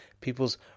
People's